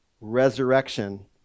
resurrection